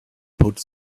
put